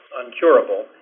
uncurable